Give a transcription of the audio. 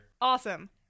Awesome